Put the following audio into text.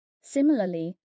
Similarly